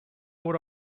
would